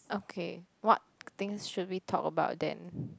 okay what things should we talk about then